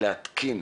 להתקין